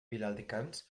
viladecans